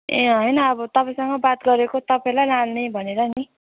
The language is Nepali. ए होइन अब तपाईँसँग बात गरेको तपाईँलाई लाने भनेर नि